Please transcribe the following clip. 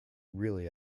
really